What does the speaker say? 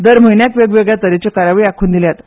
दर म्हयन्यांक वेगवेगळ्यो तरेच्यो कार्यावळी आंखून दिल्यात